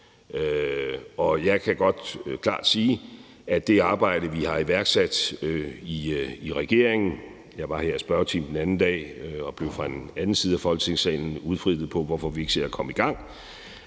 Jeg kan godt klart sige, at det arbejde, vi har iværksat i regeringen – jeg var her i spørgetimen den anden dag og blev fra den anden side af Folketingssalen udfrittet om, hvorfor vi ikke ser at komme i gang,